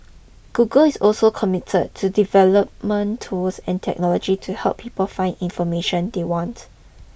Google is also committer to development tools and technology to help people find information they want